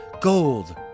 gold